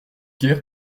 guère